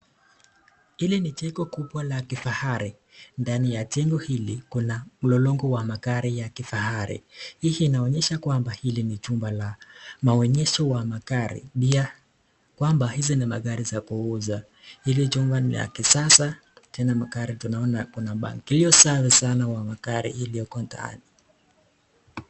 Hili ni jengo kubwa la kifahari, ndani ya jengo hili kuna mlolongo wa magari ya kifahari, hii inaonyesha kwamba hili ni jumba ya maonyesho ya magari, ya kwamba hizi ni magari za kuuza. Hili jumba ni la kisasa tena magari tunaona kuna mpangilio safi sana ya magari ile uko ndani.